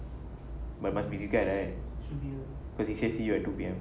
but must be declared like that cause he say see you at two P_M